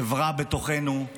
החברה בתוכנו,